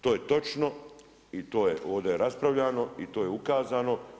To je točno i to je ovdje raspravljano i to je ukazano.